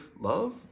love